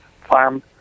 farm